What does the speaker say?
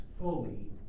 fully